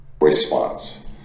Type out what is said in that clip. Response